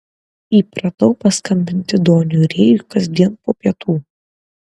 įpratau paskambinti doniui rėjui kasdien po pietų